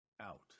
out